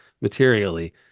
materially